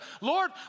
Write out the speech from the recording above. Lord